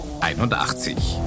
81